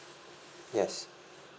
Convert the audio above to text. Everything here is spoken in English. yes